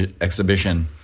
exhibition